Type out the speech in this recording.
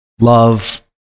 love